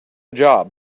job